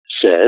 says